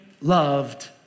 loved